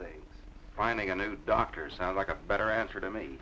things finding a new doctor sounds like a better answer to me